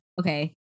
Okay